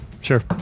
Sure